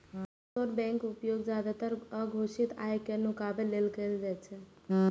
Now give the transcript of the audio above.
offshore बैंकक उपयोग जादेतर अघोषित आय कें नुकाबै लेल कैल जाइ छै